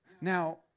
Now